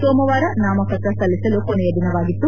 ಸೋಮವಾರ ನಾಮಪತ್ರ ಸಲ್ಲಿಸಲು ಕೊನೆಯ ದಿನವಾಗಿತ್ತು